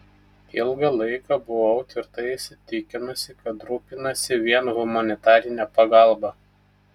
ilgą laiką buvau tvirtai įsitikinusi kad rūpinasi vien humanitarine pagalba